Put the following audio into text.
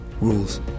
rules